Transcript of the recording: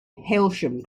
hailsham